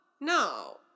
No